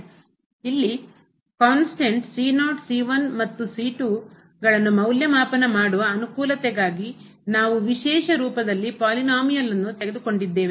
ಇಲ್ಲಿ ಕಾನ್ಸ್ಟೆಂಟ್ ಅಜ್ಞಾತ ಮತ್ತು ಗಳನ್ನು ಮೌಲ್ಯಮಾಪನ ಮಾಡುವ ಅನುಕೂಲತೆಗಾಗಿ ನಾವು ವಿಶೇಷ ರೂಪದಲ್ಲಿ ಪಾಲಿನೋಮಿಯಲ್ನ್ನು ಬಹುಪದವನ್ನು ತೆಗೆದುಕೊಂಡಿದ್ದೇವೆ